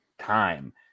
time